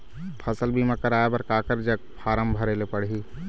फसल बीमा कराए बर काकर जग फारम भरेले पड़ही?